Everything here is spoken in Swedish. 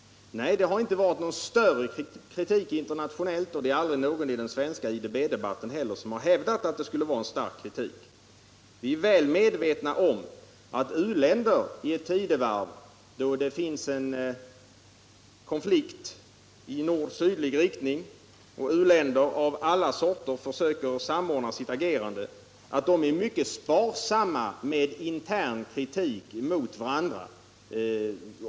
Nej, det har inte framförts någon kraftigare kritik internationellt. Men det har heller aldrig någon i den svenska IDB-debatten hävdat. Vi är väl medvetna om att i ett tidevarv då det finns en konflikt i nord-sydlig riktning, där alla u-länder försöker samordna sitt agerande, är de mycket sparsamma med offentlig kritik mot varandra.